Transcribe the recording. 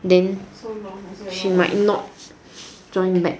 then she might not join back